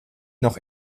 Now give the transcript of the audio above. noch